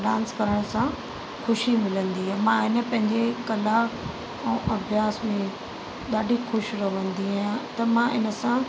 dance करण सां ख़ुशी मिलंदी आहे मां हीअं पंहिंजे कला ऐं अभ्यास में ॾाढी ख़ुशि रहंदी आहियां त मां इंसान